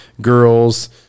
girls